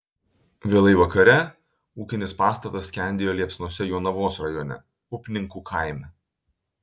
vėlai vakare ūkinis pastatas skendėjo liepsnose jonavos rajone upninkų kaime